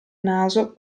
naso